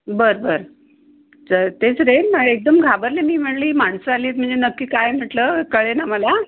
बरं बरं तर तेच रे मग एकदम घाबरले मी म्हणली माणसं आली आहेत म्हणजे नक्की काय म्हटलं कळेना मला